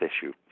issue